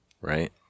right